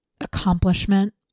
accomplishment